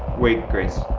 wait grace,